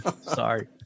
sorry